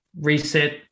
reset